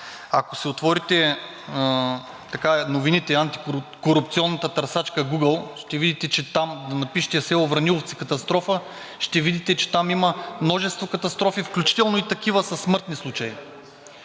Ако си отворите новините – антикорупционната търсачка Google, ако напишете село Враниловци – катастрофа, ще видите, че там има множество катастрофи, включително и такива със смъртни случаи.